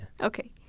Okay